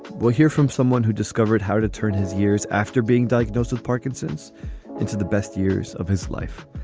we'll hear from someone who discovered how to turn his years after being diagnosed with parkinson's into the best years of his life.